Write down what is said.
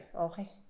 Okay